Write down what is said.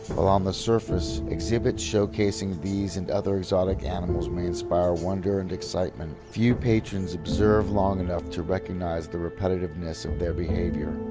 while on the surface, exhibits showcasing these and other exotic animals may inspire wonder and excitement, few patrons observe long enough to recognise the repetitiveness of their behaviour,